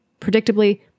Predictably